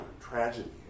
tragedy